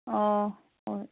ꯍꯣꯏ